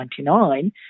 1999